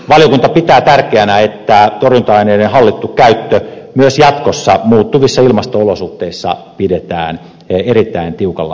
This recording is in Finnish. valiokunta pitää tärkeänä että torjunta aineiden hallittu käyttö myös jatkossa muuttuvissa ilmasto olosuhteissa pidetään erittäin tiukalla säätelyllä